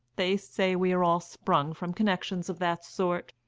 they say we are all sprung from connections of that sort.